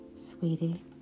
sweetie